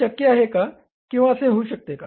हे शक्य आहे का किंवा असे होऊ शकते का